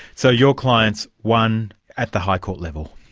so your clients won at the high court level?